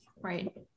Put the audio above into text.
Right